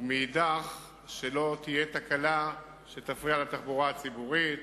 ומאידך גיסא לא תהיה תקלה שתפריע לתחבורה הציבורית